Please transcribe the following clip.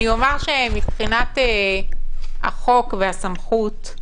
מבחינת החוק והסמכות,